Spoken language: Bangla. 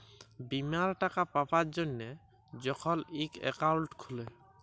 বীমার টাকা পাবার জ্যনহে যখল ইক একাউল্ট খুলে